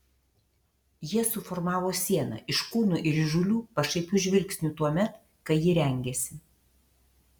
jie suformavo sieną iš kūnų ir įžūlių pašaipių žvilgsnių tuomet kai ji rengėsi